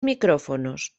micrófonos